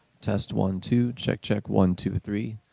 test, one, two, check, check, one, two, three,